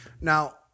Now